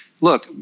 look